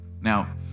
Now